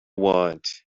want